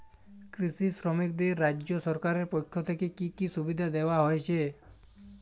কৃষি শ্রমিকদের রাজ্য সরকারের পক্ষ থেকে কি কি সুবিধা দেওয়া হয়েছে?